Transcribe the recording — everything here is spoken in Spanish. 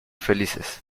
felices